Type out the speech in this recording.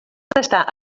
estar